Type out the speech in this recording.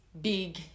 big